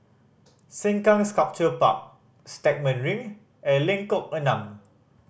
Sengkang Sculpture Park Stagmont Ring and Lengkok Enam